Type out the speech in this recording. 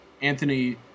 Anthony